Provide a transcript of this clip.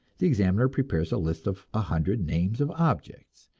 the examiner prepares a list of a hundred names of objects,